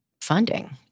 funding